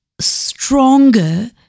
stronger